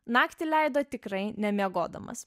naktį leido tikrai nemiegodamas